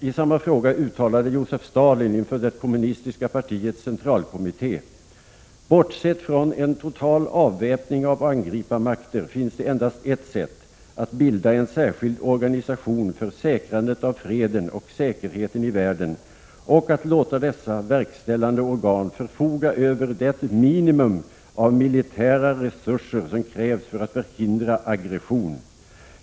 I samma fråga uttalade Josef Stalin inför det kommunistiska partiets centralkommitté: — Bortsett från en total avväpning av angriparmakter finns det endast ett sätt —att bilda en särskild organisation för säkrandet av freden och säkerheten i världen och att låta dess verkställande organ förfoga över det minimum av militära resurser som krävs för att förhindra aggression.